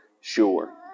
sure